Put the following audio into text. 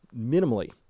minimally